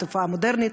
תופעה מודרנית.